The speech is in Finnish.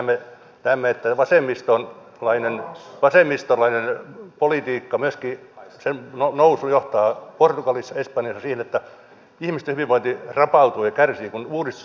nyt näemme että jo vasemmistolainen politiikka myöskin sen nousu johtaa portugalissa espanjassa siihen että ihmisten hyvinvointi rapautuu ja kärsii kun uudistustoimet keskeytetään